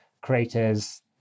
creators